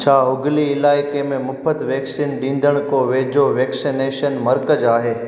छा हुगली इलाइके में मुफ़्त वैक्सीन ॾींदड़ को वेझो वैक्सनेशन मर्कज़ आहे